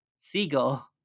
seagull